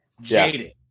jaded